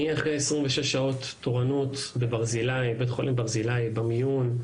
אני אחרי 26 שעות תורנות בבית חולים ברזילי במיון.